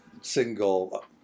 single